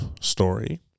story